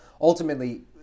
ultimately